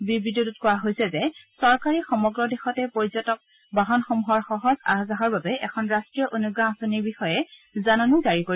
বিবৃতিটোত কোৱা হৈছে যে চৰকাৰে সমগ্ৰ দেশতে পৰ্যটক বাহনসমূহৰ সহজ আহ যাহৰ বাবে এখন ৰষ্টীয় অনুজ্ঞা আঁচনিৰ বিষয়ে জাননী জাৰি কৰিব